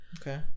okay